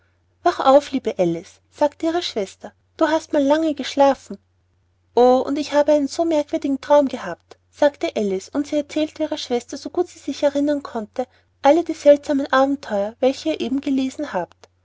wach auf liebe alice sagte ihre schwester du hast mal lange geschlafen o und ich habe einen so merkwürdigen traum gehabt sagte alice und sie erzählte ihrer schwester so gut sie sich errinnern konnte alle die seltsamen abenteuer welche ihr eben gelesen habt